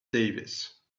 davis